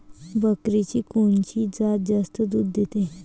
बकरीची कोनची जात जास्त दूध देते?